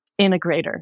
integrator